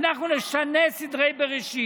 אנחנו נשנה את סדרי בראשית,